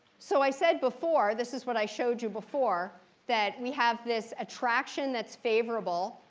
so i said before this is what i showed you before that we have this attraction that's favorable.